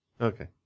Okay